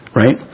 right